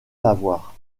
lavoir